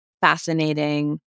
fascinating